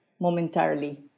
momentarily